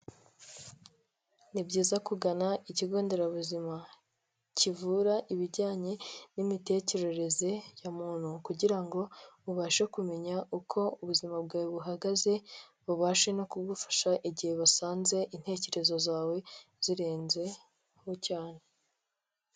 Nibyiza kugana ikigo nderabuzima kivura ibijyanye n'imitekerereze ya muntu, kugira ngo ubashe kumenya uko ubuzima bwawe buhagaze bubashe no kugufasha igihe basanze intekerezo zawe zirenzeho cyane.